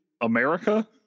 America